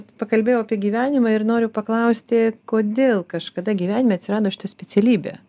pakalbėjau apie gyvenimą ir noriu paklausti kodėl kažkada gyvenime atsirado šita specialybė